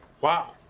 Wow